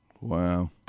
Wow